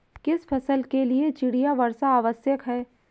किस फसल के लिए चिड़िया वर्षा आवश्यक है?